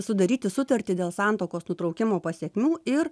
sudaryti sutartį dėl santuokos nutraukimo pasekmių ir